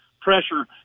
pressure